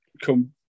come